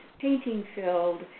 painting-filled